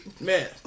man